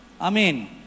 Amen